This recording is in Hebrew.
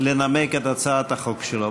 לנמק את הצעת החוק שלו.